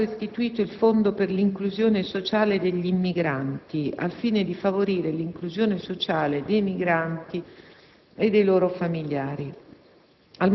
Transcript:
è stato istituito il Fondo per l'inclusione sociale degli immigrati al fine di favorire l'inclusione sociale dei migranti e dei loro familiari.